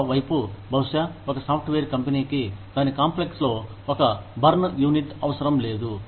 మరోవైపు బహుశా ఒక సాఫ్ట్ వేర్ కంపెనీకి దాని కాంప్లెక్స్ లో ఒక బర్న్ యూనిట్ అవసరం లేదు